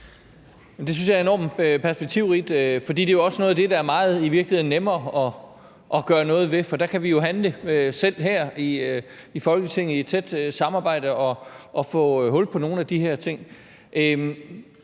Det synes jeg er enormt perspektivrigt, for det er jo i virkeligheden også noget af det, der er meget nemmere at gøre noget ved, for der kan vi jo her i Folketinget handle selv i et tæt samarbejde og få hul på nogle af de her ting.